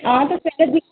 हां